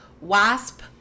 Wasp